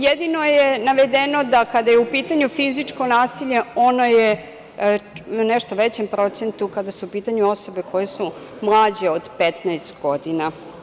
Jedino je navedeno da kada je u pitanju fizičko nasilje, ono je u nešto većem procentu kada su u pitanju osobe koje su mlađe od 15 godina.